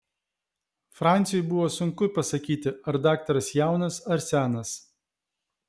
franciui buvo sunku pasakyti ar daktaras jaunas ar senas